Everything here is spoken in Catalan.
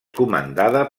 comandada